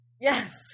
Yes